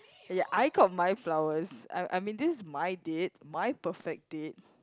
I got my flowers I I mean this is my date my perfect date